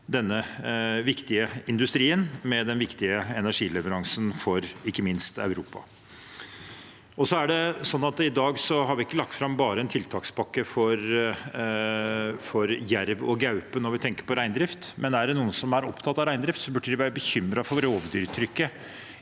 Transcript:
denne viktige industrien med den viktige energileveransen, ikke minst for Europa. Det er også slik at vi i dag ikke bare har lagt fram en tiltakspakke for jerv og gaupe når vi tenker på reindrift, men er det noen som er opptatt av reindrift, burde de være bekymret for rovdyrtrykket